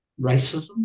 racism